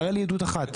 תראה לי עדות אחת.